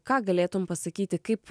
ką galėtum pasakyti kaip